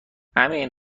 امین